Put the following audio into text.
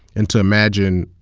and to imagine,